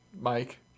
Mike